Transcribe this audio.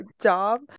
job